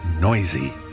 noisy